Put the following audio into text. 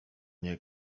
nie